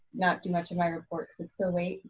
not too much in my report it's and so late,